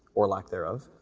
or lack thereof,